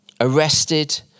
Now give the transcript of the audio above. arrested